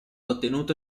ottenuto